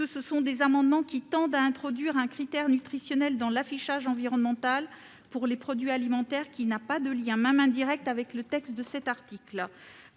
rectifié et 1068 rectifié tendent à introduire un critère nutritionnel dans l'affichage environnemental pour les produits alimentaires, ce qui n'a pas de lien, même indirect, avec le texte de cet article.